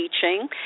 teaching